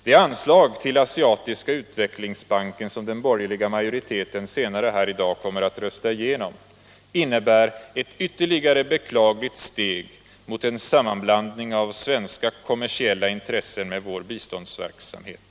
Det anslag till Asiatiska utvecklingsbanken som den borgerliga majoriteten senare här i dag kommer att rösta igenom innebär ett ytterligt beklagligt steg mot en sammanblandning av svenska kommersiella intressen med vår biståndsverksamhet.